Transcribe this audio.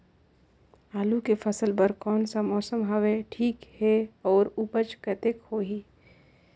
आलू के फसल बर कोन सा मौसम हवे ठीक हे अउर ऊपज कतेक होही?